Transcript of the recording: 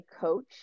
coach